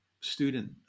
student